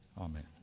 amen